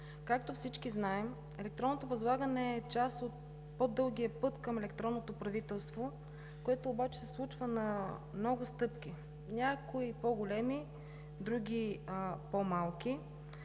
Както всички знаем, електронното възлагане е част от по-дългия път към електронното правителство, което обаче се случва на много стъпки – някои по-големи, други – по-малки.